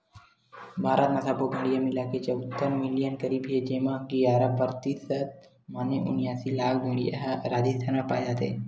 भारत म सब्बो भेड़िया मिलाके चउहत्तर मिलियन करीब हे जेमा के गियारा परतिसत माने उनियासी लाख भेड़िया ह राजिस्थान म पाए जाथे